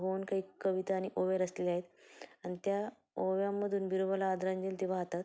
होऊन काही कविता आणि ओव्या रचलेल्या आहेत आणि त्या ओव्यांमधून बिरोबाला आदरंजी ते वाहतात